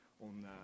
on